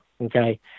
Okay